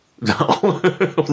No